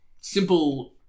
Simple